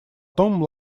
том